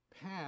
path